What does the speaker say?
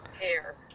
hair